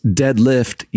deadlift